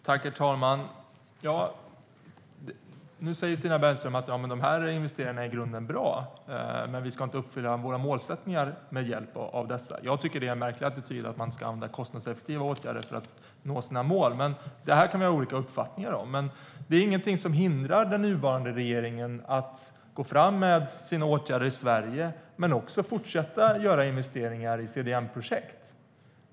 Herr talman! Nu säger Stina Bergström att investeringar i grunden är bra, men vi ska inte uppfylla våra målsättningar med hjälp av dem. Jag tycker att det är en märklig attityd att man ska använda kostnadseffektiva åtgärder för att nå sina mål. Men det kan vi ha olika uppfattningar om. Det är ingenting som hindrar den nuvarande regeringen att gå fram med sina åtgärder i Sverige och samtidigt fortsätta att göra investeringar i CDM-projekt.